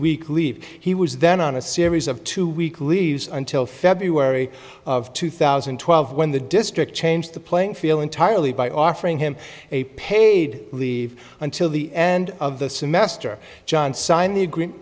week leave he was then on a series of two week leave until february of two thousand and twelve when the district changed the playing field entirely by offering him a paid leave until the end of the semester john signed the agreement